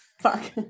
Fuck